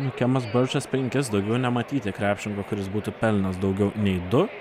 kemas birčas penkis daugiau nematyti krepšininko kuris būtų pelnęs daugiau nei du